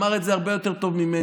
אמר את זה הרבה יותר טוב ממני,